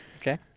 Okay